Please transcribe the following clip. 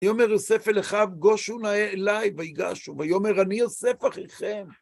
ויאמר יוסף אליכם, גושו אליי, ויגשו. ויאמר אני יוסף אחיכם.